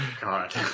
god